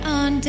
on